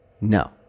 no